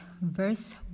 verse